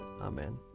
Amen